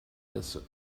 des